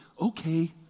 okay